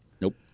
Nope